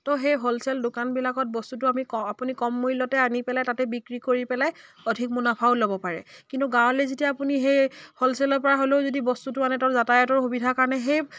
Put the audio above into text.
ত' সেই হ'লচেল দোকানবিলাকত বস্তুটো আমি ক আপুনি কম মূল্যতে আনি পেলাই তাতে বিক্ৰী কৰি পেলাই অধিক মুনাফাও ল'ব পাৰে কিন্তু গাঁৱলৈ যেতিয়া আপুনি সেই হ'লচেলৰ পৰা হ'লেও যদি বস্তুটো আনে ত' যাতায়তৰ সুবিধাৰ কাৰণে সেই